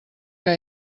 que